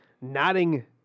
nodding